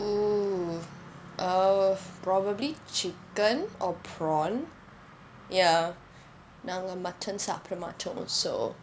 oo uh probably chicken or prawn ya நாங்க:naanga mutton சாப்பிட மாட்டோம்:sappida maattom so